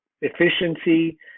efficiency